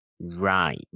Right